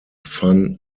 van